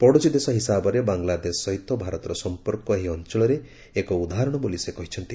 ପଡୋଶୀ ଦେଶ ହିସାବରେ ବାଂଲାଦେଶ ସହିତ ଭାରତର ସମ୍ପର୍କ ଏହି ଅଞ୍ଚଳରେ ଏକ ଉଦାହରଣ ବୋଲି ସେ କହିଛନ୍ତି